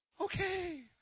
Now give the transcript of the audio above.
okay